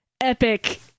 epic